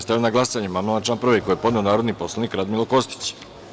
Stavljam na glasanje amandman na član 2. koji je podneo narodni poslanik Radmilo Kostić.